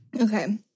Okay